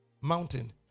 mountain